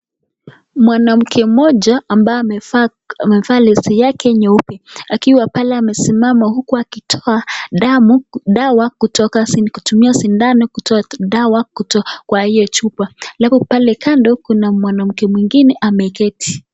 Mwanamke mmoja ambaye amevaa leso yake nyeupe akiwa pale amesimama huku akiwa pale anatoa damu dawa kutumia sindano kutoa dawa kwa hiyo chupa alafu pale kando kuna mwanamke mwingine ameketi.